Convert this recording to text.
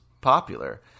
popular